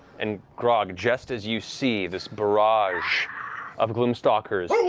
and grog, just as you see this barrage of gloom stalkers,